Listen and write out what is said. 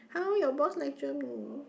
how your boss lecture me